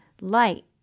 light